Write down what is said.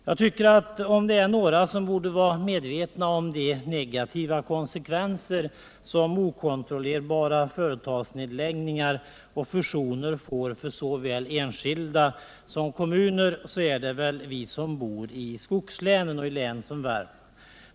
Jag tycker att om det är några som borde vara medvetna om de negativa konsekvenser som okontrollerbara företagsnedläggningar och fusioner får för såväl enskilda som kommuner, så är det vi som bor i skogslänen, i län som Värmland.